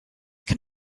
can